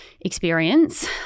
experience